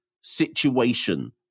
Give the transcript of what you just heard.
situation